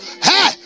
Hey